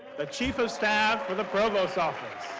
the chief of staff for the provost ah